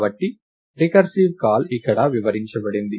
కాబట్టి recursive call ఇక్కడ వివరించబడింది